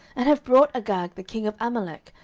and have brought agag the king of amalek,